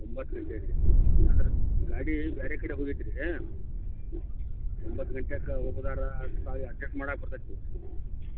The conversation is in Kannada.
ಒಂಬತ್ತು ಗಂಟೆ ರೀ ಅಂದ್ರೆ ಗಾಡಿ ಇಲ್ಲ ಬೇರೆ ಕಡೆ ಹೋಗೈತ್ರೀ ಈಗ ಒಂಬತ್ತು ಗಂಟೆಕ್ಕೆ ಹೋಗುದಾರೆ ಅಡ್ಜೆಸ್ಟ್ ಮಾಡಕ್ಕೆ ಬರ್ತತಿ